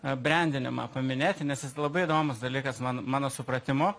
brendinimą paminėti nes jis labai įdomus dalykas man mano supratimu